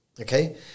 okay